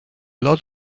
lot